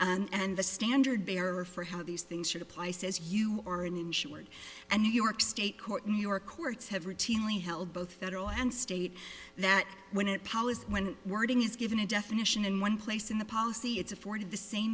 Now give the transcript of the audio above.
be and the standard bearer for how these things should apply says you are an insured and new york state court new york courts have routinely held both federal and state that when it powers when wording is given a definition in one place in the policy it's afforded the same